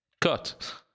cut